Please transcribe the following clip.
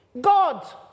God